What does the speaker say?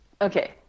Okay